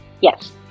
Yes